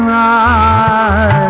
aa